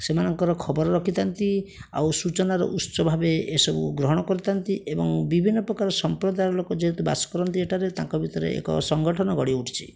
ସେମାନଙ୍କର ଖବର ରଖିଥାଆନ୍ତି ଆଉ ସୂଚନାର ଉତ୍ସ ଭାବେ ଏସବୁ ଗ୍ରହଣ କରିଥାଆନ୍ତି ଏବଂ ବିଭିନ୍ନପ୍ରକାର ସମ୍ପ୍ରଦାୟର ଲୋକ ଯେହେତୁ ବାସ କରନ୍ତି ଏଠାରେ ତାଙ୍କ ଭିତରେ ଏକ ସଙ୍ଗଠନ ଗଢ଼ିଉଠିଛି